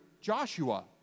Joshua